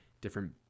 different